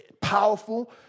powerful